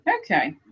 okay